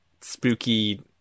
spooky